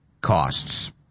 costs